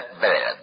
bad